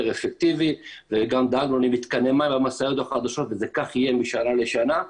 אפקטיבי וגם דאגנו למתקני מים במשאיות החדשות וזה כך יהיה משנה לשנה.